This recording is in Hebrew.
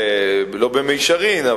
לא במישרין,